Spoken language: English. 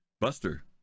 buster